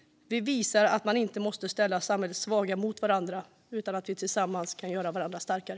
Vi visar att man inte måste ställa samhällets svagaste mot varandra utan att vi tillsammans kan göra varandra starkare.